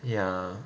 ya